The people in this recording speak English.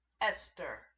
Esther